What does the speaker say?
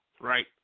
Right